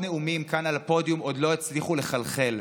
נאומים כאן על הפודיום עוד לא הצליח לחלחל: